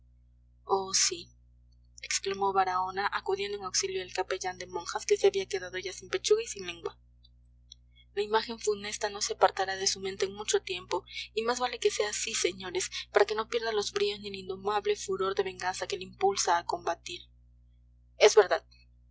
oh sí exclamó baraona acudiendo en auxilio del capellán de monjas que se había quedado ya sin pechuga y sin lengua la imagen funesta no se apartará de su mente en mucho tiempo y más vale que sea así señores para que no pierda los bríos ni el indomable furor de venganza que le impulsa a combatir es verdad